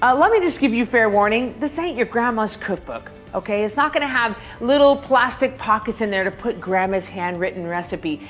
ah let me just give you fair warning. this ain't your grandma's cookbook, okay? it's not gonna have little plastic pockets in there to put grandma's handwritten recipe.